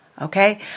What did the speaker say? okay